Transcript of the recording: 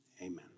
Amen